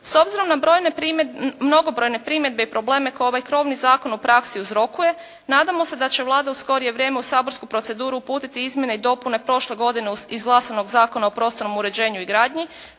S obzirom na mnogobrojne primjedbe i probleme koje ovaj krovni zakon u praksi uzrokuje, nadamo se da će Vlada u skorije vrijeme u saborsku proceduru uputiti izmjene i dopune prošle godine izglasanog Zakona o prostornom uređenju i gradnji